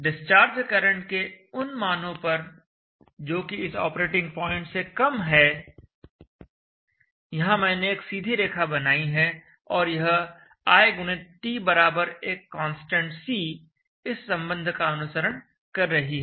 discharge current के उन मानों पर जोकि इस ऑपरेटिंग पॉइंट से कम हैं यहां मैंने एक सीधी रेखा बनाई है और यह i x t बराबर एक कांस्टेंट C इस संबंध का अनुसरण कर रही है